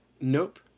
Nope